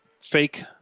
fake